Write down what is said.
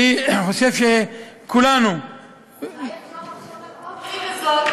אולי אפשר לחשוב על אופציה זו,